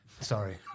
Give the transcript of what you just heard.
Sorry